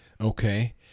Okay